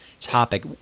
topic